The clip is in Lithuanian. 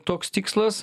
toks tikslas